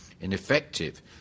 Ineffective